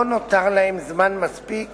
לא נותר להם זמן מספיק